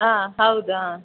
ಹಾಂ ಹೌದು ಹಾಂ